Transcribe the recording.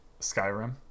Skyrim